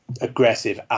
aggressive